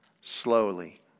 Slowly